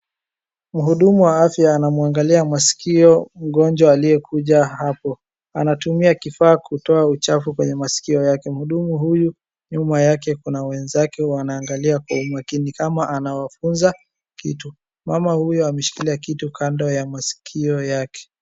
Mhudumu wa afya anamwangalia masikio mgonjwa aliyekuja hapo. Anatumia kifaa kutoa uchafu kwenye masikio yake. Mhudumu huyu nyuma yake kuna wenzake wanaangalia kwa umakini kama anawafuza kitu. Mama huyo ameshikilia kitu kando ya masikio yake.